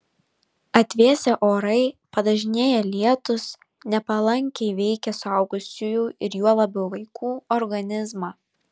atvėsę orai padažnėję lietūs nepalankiai veikia suaugusiųjų ir juo labiau vaikų organizmą